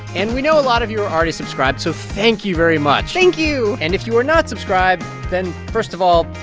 and we know a lot of you are already subscribed, so thank you very much thank you and you are not subscribed then, first of all,